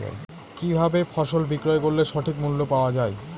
কি ভাবে ফসল বিক্রয় করলে সঠিক মূল্য পাওয়া য়ায়?